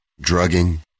drugging